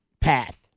path